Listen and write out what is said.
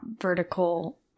vertical